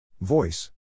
Voice